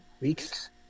weeks